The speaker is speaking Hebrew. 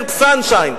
הֶרב סנשיין.